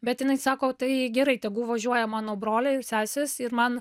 bet jinai sako tai gerai tegu važiuoja mano broliai sesės ir man